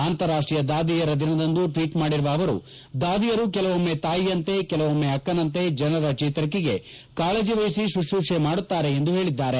ಅಂತಾರಾಷ್ಷೀಯ ದಾದಿಯರ ದಿನದಂದು ಟ್ವೀಟ್ ಮಾಡಿರುವ ಅವರು ದಾದಿಯರು ಕೆಲವೊಮ್ನೆ ತಾಯಿಯಂತೆ ಕೆಲವೊಮ್ನೆ ಅಕ್ಕನಂತೆ ಜನರ ಚೇತರಿಕೆಗೆ ಕಾಳಜಿ ವಹಿಸಿ ಶುಶ್ರೂಷೆ ಮಾಡುತ್ತಾರೆ ಎಂದು ಹೇಳಿದ್ದಾರೆ